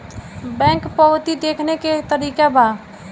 Bank पवती देखने के का तरीका बा?